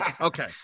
Okay